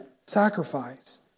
sacrifice